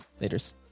laters